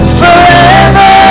forever